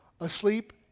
Asleep